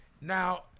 now